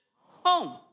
home